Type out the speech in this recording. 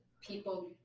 people